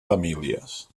famílies